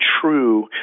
true